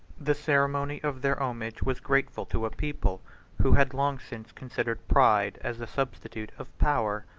the ceremony of their homage was grateful to a people who had long since considered pride as the substitute of power.